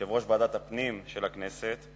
יושב-ראש ועדת הפנים של הכנסת,